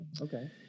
Okay